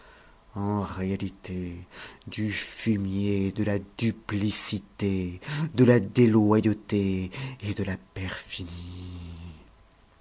en réalité du fumier de la duplicité de la déloyauté et de la perfidie